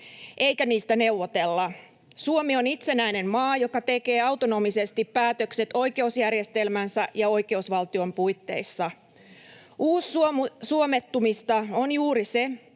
eikä niistä neuvotella. Suomi on itsenäinen maa, joka tekee autonomisesti päätökset oikeusjärjestelmänsä ja oikeusvaltion puitteissa. Uussuomettumista on juuri se,